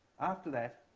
after that,